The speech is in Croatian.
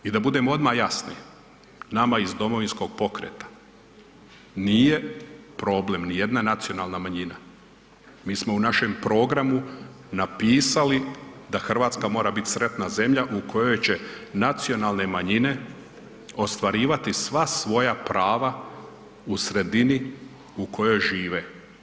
I da budemo odmah jasni, nama iz Domovinskog pokreta nije problem nijedna nacionalna manjina, mi smo u našem programu napisali da Hrvatska mora biti sretna zemlja u kojoj će nacionalne manjine ostvarivati sva svoja prava u sredini u kojoj žive.